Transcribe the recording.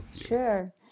Sure